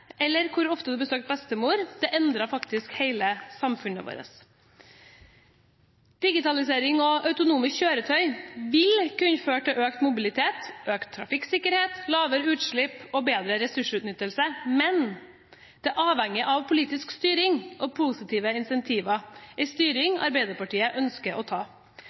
eller hvor ofte du besøkte bestemor. Det endret faktisk hele samfunnet vårt. Digitalisering og autonome kjøretøy vil kunne føre til økt mobilitet, økt trafikksikkerhet, lavere utslipp og bedre ressursutnyttelse, men det avhenger av politisk styring og positive incentiver – en styring Arbeiderpartiet ønsker å ta.